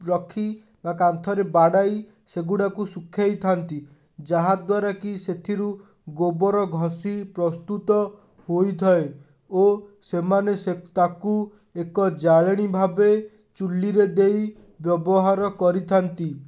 ରଖି ବା କାନ୍ଥରେ ବାଡ଼ାଇ ସେଗୁଡ଼ାକୁ ଶୁଖେଇଥାନ୍ତି ଯାହାଦ୍ୱାରା କି ସେଥିରୁ ଗୋବର ଘସି ପ୍ରସ୍ତୁତ ହୋଇଥାଏ ଓ ସେମାନେ ସେ ତାକୁ ଏକ ଜାଳେଣୀ ଭାବେ ଚୁଲ୍ହିରେ ଦେଇ ବ୍ୟବହାର କରିଥାନ୍ତି